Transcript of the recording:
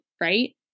Right